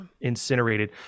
incinerated